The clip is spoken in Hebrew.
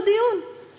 אבל הוא תמיד היה שם,